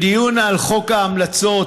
מדיון על חוק ההמלצות,